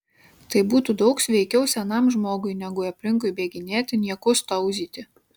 tai būtų daug sveikiau senam žmogui negu aplinkui bėginėti niekus tauzyti